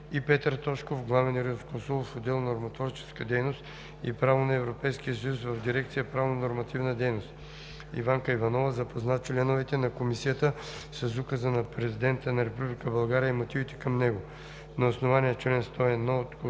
и Петър Тошков – главен юрисконсулт в отдел „Нормотворческа дейност и право на Европейския съюз“ в дирекция „Правнонормативна дейност“. Иванка Иванова запозна членовете на Комисията с Указа на Президента на Република България и мотивите към него. На основание чл. 101, ал.